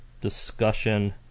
discussion